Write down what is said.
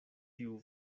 tiu